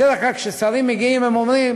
בדרך כלל כששרים מגיעים הם אומרים: